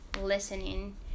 listening